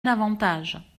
davantage